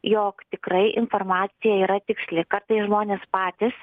jog tikrai informacija yra tiksli kartais žmonės patys